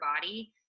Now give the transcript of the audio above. body